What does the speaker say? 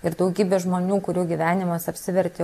ir daugybė žmonių kurių gyvenimas apsivertė